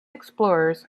explorers